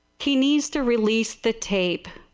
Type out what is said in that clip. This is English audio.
he needs to release the tape.